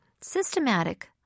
systematic